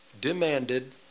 demanded